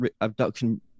abduction